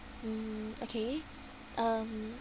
mm okay um